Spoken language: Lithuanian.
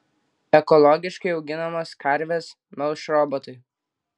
ekologiškai auginamas karves melš robotai